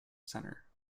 center